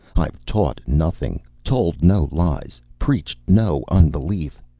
i've taught nothing, told no lies, preached no unbelief.